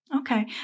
Okay